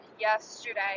yesterday